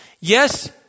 Yes